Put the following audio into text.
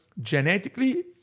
Genetically